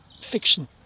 fiction